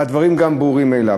והדברים גם ברורים מאליהם.